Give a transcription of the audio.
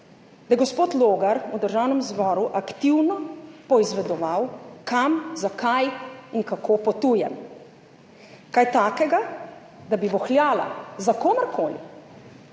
da je gospod Logar v Državnem zboru aktivno poizvedoval, kam, zakaj in kako potujem. Česa takega, da bi vohljala za komerkoli,